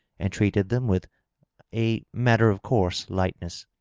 and treated them with a matter-of-course lightness.